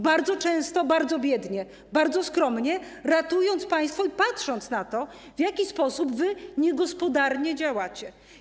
Bardzo często żyją bardzo biednie, bardzo skromnie, ratując państwo i patrząc na to, w jaki sposób wy niegospodarnie działacie.